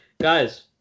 guys